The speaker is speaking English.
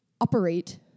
operate